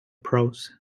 prose